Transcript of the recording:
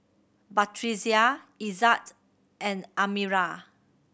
Batrisya Izzat and Amirah